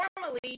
normally